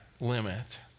limit